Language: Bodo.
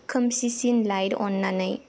खोमसिसिन लाइट अन्नानै